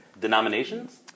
Denominations